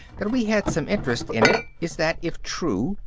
that we had some interest in it is that, if true,